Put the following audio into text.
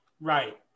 Right